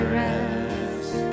rest